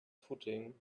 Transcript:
footing